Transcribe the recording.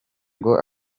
ngo